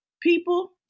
people